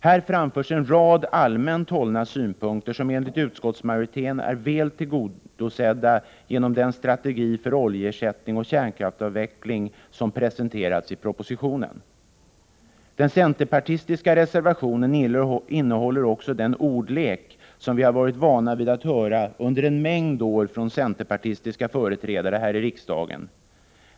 Här framförs en rad allmänt hållna synpunkter som enligt utskottsmajoriteten är väl tillgodosedda genom den strategi för oljeersättning och kärnkraftsavveckling som presenterats i propositionen. Den centerpartistiska reservationen innehåller också den ordlek som vi har varit vana vid att höra under en mängd år från centerpartistiska företrädare här i kammaren.